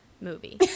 movie